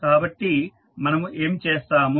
కాబట్టి మనము ఏమి చేస్తాము